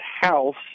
house